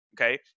Okay